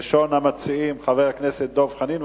ראשון המציעים, חבר הכנסת דב חנין.